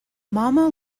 mama